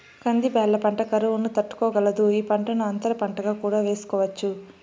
కంది బ్యాళ్ళ పంట కరువును తట్టుకోగలదు, ఈ పంటను అంతర పంటగా కూడా వేసుకోవచ్చు